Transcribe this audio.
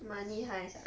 money heist ah